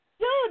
Dude